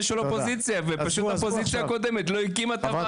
של האופוזיציה ופשוט האופוזיציה הקודמת לא הקימה את הוועדה.